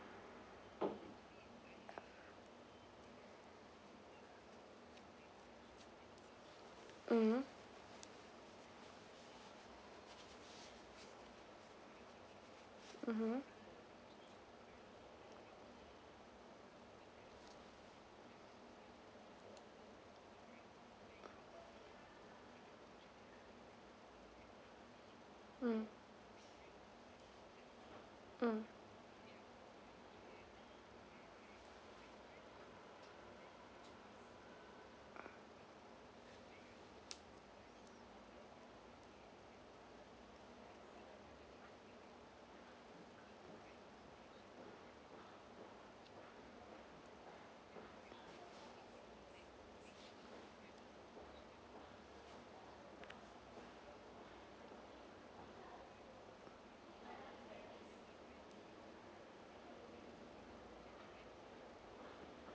mmhmm mmhmm mm mm